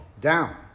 down